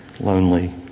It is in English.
lonely